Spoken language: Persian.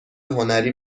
هنری